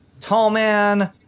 Tallman